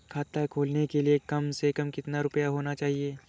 खाता खोलने के लिए कम से कम कितना रूपए होने चाहिए?